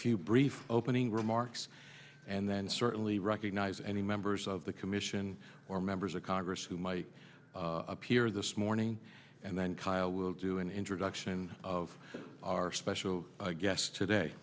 few brief opening remarks and then certainly recognize any members of the commission or members of congress who might appear this morning and then kyl will do an introduction of our special guest today